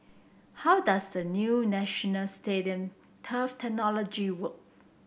how does the new National Stadium turf technology work